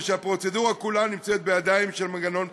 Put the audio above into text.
והפרוצדורה כולה תימצא בידיים של המנגנון הפקידותי.